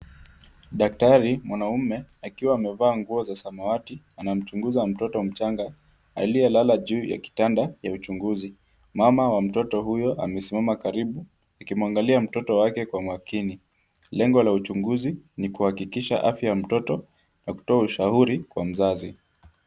Daktari, mwanaume, akiwa amevaa nguo za samawati, anamchunguza mtoto mchanga aliye lala juu ya kitanda ya uchunguzi. Mama wa mtoto huyo amesimama karibu, akimwangalia mtoto wake kwa umakini. Lengo la uchunguzi ni kuhakikisha afya ya mtoto na kutoa ushahuri kwa mzazi.